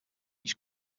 each